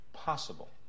possible